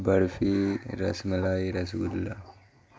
barfi rasmalai رس گلہ